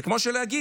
זה כמו להגיד